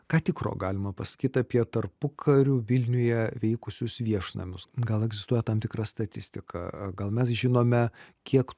ką tikro galima pasakyt apie tarpukariu vilniuje veikusius viešnamius gal egzistuoja tam tikra statistika gal mes žinome kiek